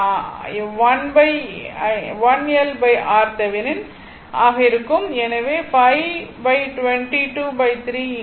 ஆக இருக்கும்